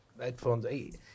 headphones